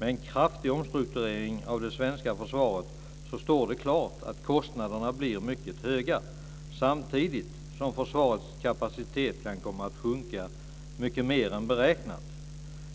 med en kraftig omstrukturering av det svenska försvaret står det klart att kostnaderna blir mycket höga, samtidigt som försvarets kapacitet kan komma att sjunka mycket mer än beräknat.